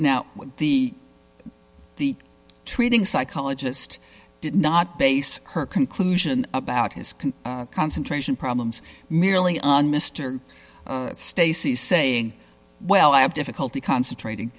now the the treating psychologist did not base her conclusion about his can concentration problems merely on mr stacy saying well i have difficulty concentrating